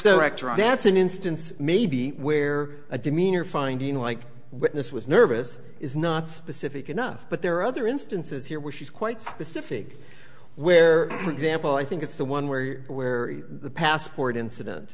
advance an instance maybe where a demeanor finding like witness was nervous is not specific enough but there are other instances here where she's quite specific where example i think it's the one where where the passport incident